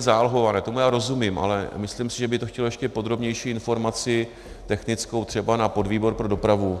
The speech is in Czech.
Tomu já rozumím, ale myslím si, že by to chtělo ještě podrobnější informaci technickou třeba na podvýbor pro dopravu.